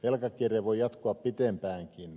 velkakierre voi jatkua pitempäänkin